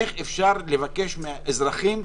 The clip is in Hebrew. איך אפשר לבקש מאזרחים,